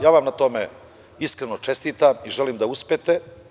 Ja vam na tome iskreno čestitam i želim da uspete.